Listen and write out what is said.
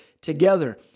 together